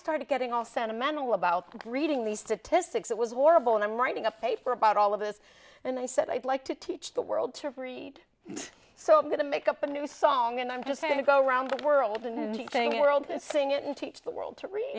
started getting all sentimental about reading these statistics it was horrible and i'm writing a paper about all of this and i said i'd like to teach the world to read so i'm going to make up a new song and i'm just saying to go around the world and think world and sing it and teach the world to read